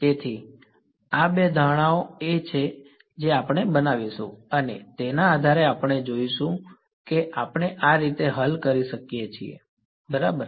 તેથી આ બે ધારણાઓ છે જે આપણે બનાવીશું અને તેના આધારે આપણે જોઈશું કે આપણે આ રીતે હલ કરી શકીએ બરાબર